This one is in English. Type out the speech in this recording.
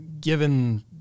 given